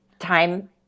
time